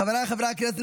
חבריי חברי הכנסת,